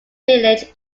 village